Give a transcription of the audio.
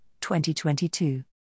2022